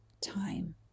time